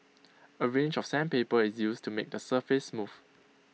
A range of sandpaper is used to make the surface smooth